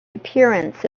appearance